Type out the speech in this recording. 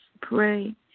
pray